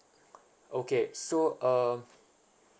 okay so um